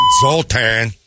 Zoltan